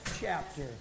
chapter